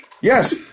yes